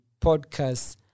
podcast